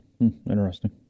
interesting